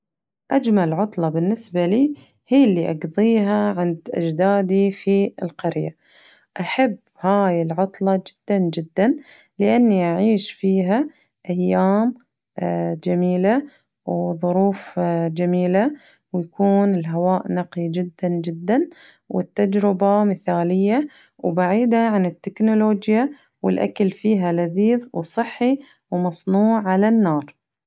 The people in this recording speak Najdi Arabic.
أجمل عطلة بالنسبة لي هي اللي أقضيها عند أجدادي في القرية، أحب هاي العطلة جداً جداً لأني أعيش فيها أيام جميلة وظروف جميلة ويكون الهواء نقي جداً جداً والتجربة مثالية وبعيدة عن التكنولوجيا والأكل فيها لذيذ وصحي وصنوع على النار.